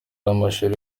b’amashuri